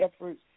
efforts